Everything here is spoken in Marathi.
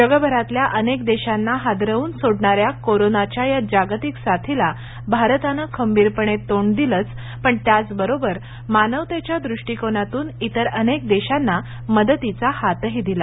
जगभरातल्या अनेक देशांना हादरवून सोडणाऱ्या कोरोनाच्या या जागतिक साथीला भारतानं खंबीरपणे तोंड दिलंच पण त्याच बरोबर मानवतेच्या दृष्टीकोनातून इतर अनेक देशांना मदतीचा हातही दिला